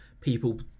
people